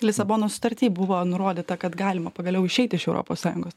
lisabonos sutarty buvo nurodyta kad galima pagaliau išeiti iš europos sąjungos